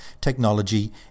technology